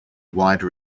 wide